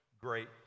great